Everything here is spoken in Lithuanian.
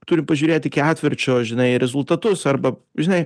turim pažiūrėt į ketvirčio žinai rezultatus arba žinai